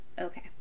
okay